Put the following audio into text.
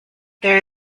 there